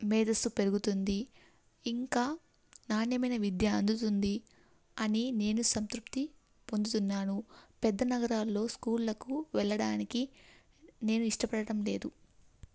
మేదస్సు పెరుగుతుంది ఇంకా నాణ్యమైన విద్య అందుతుంది అని నేను సంతృప్తి పొందుతున్నాను పెద్ద నగరాల్లో స్కూళ్లకు వెళ్ళడానికి నేను ఇష్టపడటం లేదు